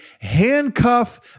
handcuff